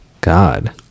god